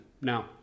Now